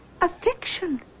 affection